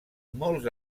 molts